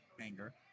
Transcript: anger